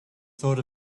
thought